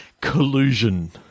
Collusion